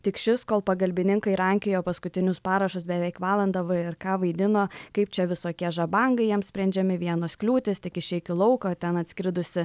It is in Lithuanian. tik šis kol pagalbininkai rankiojo paskutinius parašus beveik valandą vrk vaidino kaip čia visokie žabangai jiems sprendžiami vienos kliūtys tik išeik į lauką ten atskridusi